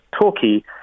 talkie